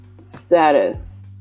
status